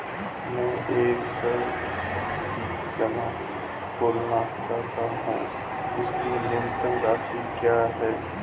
मैं एक सावधि जमा खोलना चाहता हूं इसकी न्यूनतम राशि क्या है?